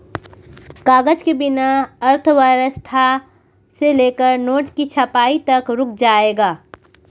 कागज के बिना अर्थव्यवस्था से लेकर नोट की छपाई तक रुक जाएगा